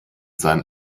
seinen